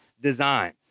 design